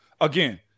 Again